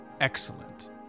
excellent